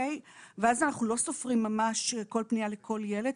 ואז אנחנו לא סופרים ממש כל פנייה לכל ילד,